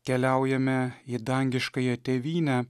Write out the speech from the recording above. keliaujame į dangiškąją tėvynę